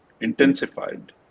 intensified